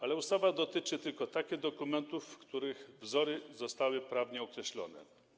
Ale ustawa dotyczy tylko takich dokumentów, których wzory zostały prawnie określone.